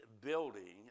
building